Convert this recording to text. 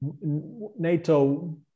NATO